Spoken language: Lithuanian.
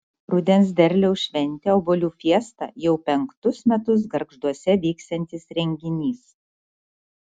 rudens derliaus šventė obuolių fiesta jau penktus metus gargžduose vyksiantis renginys